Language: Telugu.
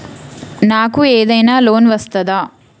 నాకు ఏదైనా లోన్ వస్తదా?